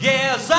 Yes